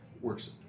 works